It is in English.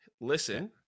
listen